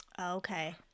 Okay